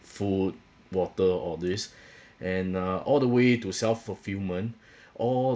food water all this and uh all the way to self-fulfillment all